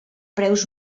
preus